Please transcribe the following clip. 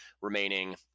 remaining